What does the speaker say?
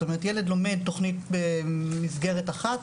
זאת אומרת ילד לומד תכנית במסגרת אחת,